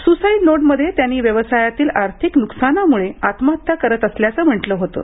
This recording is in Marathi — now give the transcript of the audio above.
सुसाईड नोटमध्ये त्यांनी व्यवसायातील आर्थिक नुकसानामुळे आत्महत्या करत असल्याचं म्हटलं होतं